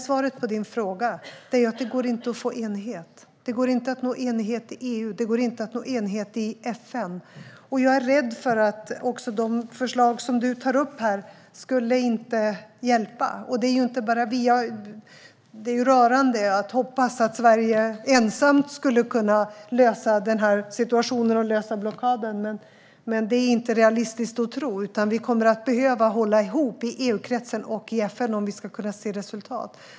Svaret på din fråga är att det inte går att få enighet. Det går inte att nå enighet i EU, och det går inte att nå enighet i FN. Jag är rädd för att inte heller de förslag som du tar upp här skulle hjälpa. Det är ju inte bara vi, även om det är en rörande förhoppning att Sverige ensamt skulle kunna lösa denna situation och lösa blockaden. Men detta är inte realistiskt att tro, utan vi kommer att behöva hålla ihop i EU-kretsen och i FN om vi ska kunna nå resultat.